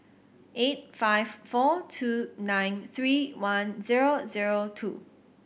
eight five four two nine three one zero zero two